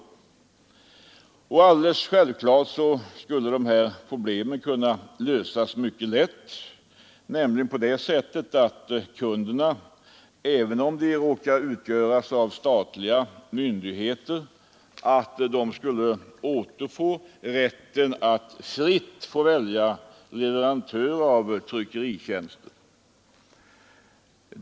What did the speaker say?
Alldeles självklart skulle dessa problem kunna lösas mycket lätt, nämligen på det sättet att kunderna, även om de råkar vara statliga myndigheter, återfår rätten att fritt välja leverantör av tryckeritjänster.